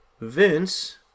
Vince